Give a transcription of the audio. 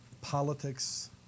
politics